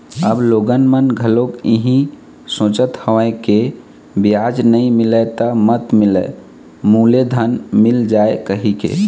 अब लोगन मन घलोक इहीं सोचत हवय के बियाज नइ मिलय त मत मिलय मूलेधन मिल जाय कहिके